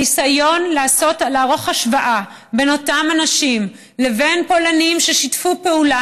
הניסיון לערוך השוואה בין אותם אנשים לבין פולנים ששיתפו פעולה,